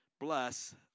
bless